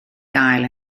gael